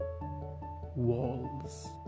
walls